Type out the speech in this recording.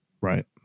Right